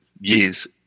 years